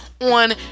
on